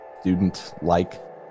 student-like